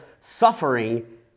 suffering